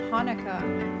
Hanukkah